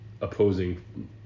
opposing